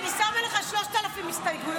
אני שמה לך 3,000 הסתייגויות.